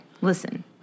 Listen